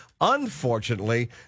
Unfortunately